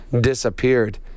disappeared